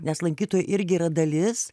nes lankytojai irgi yra dalis